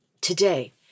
Today